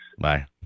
Bye